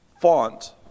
font